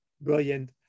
brilliant